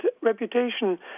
reputation